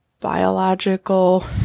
biological